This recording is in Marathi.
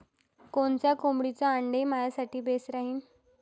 कोनच्या कोंबडीचं आंडे मायासाठी बेस राहीन?